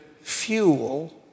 fuel